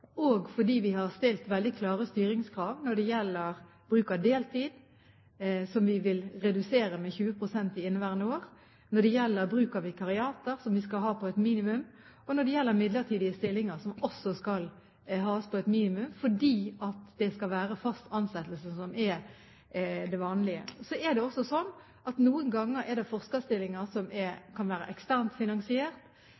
og fordi vi har stilt veldig klare styringskrav når det gjelder bruk av deltid, som vi vil redusere med 20 pst. i inneværende år, når det gjelder bruk av vikariater, som vi skal ha på et minimum, og når det gjelder midlertidige stillinger, som vi også skal ha på et minimum fordi det skal være fast ansettelse som er det vanlige. Så er det også slik at noen ganger er det forskerstillinger som